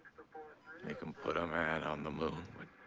they can put a man on the moon, but